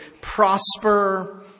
prosper